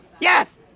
Yes